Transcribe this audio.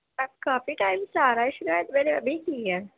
but کافی time سے آ رہا ہے شکایت میں نے ابھی کی ہے